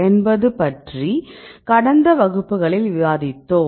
என்பது பற்றி கடந்த வகுப்புகளில் விவாதித்தோம்